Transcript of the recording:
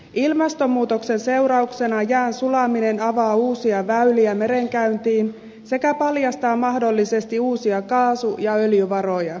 ilmastonmuutoksen seurauksena jään sulaminen avaa uusia väyliä merenkäyntiin sekä paljastaa mahdollisesti uusia kaasu ja öljyvaroja